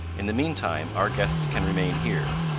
in the mean time, our guests can remain here,